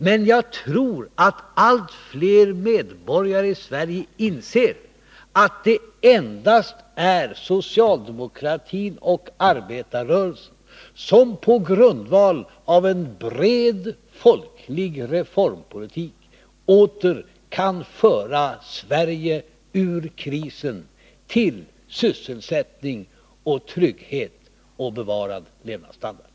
Men jag tror allt fler medborgare i Sverige inser att det endast är socialdemokratin och arbetarrörelsen som på grundval av en bred folklig reformpolitik åter kan föra Sverige ut ur krisen och till sysselsättning, trygghet och bevarad levnadsstandard.